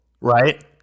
right